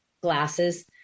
glasses